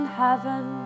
heaven